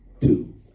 two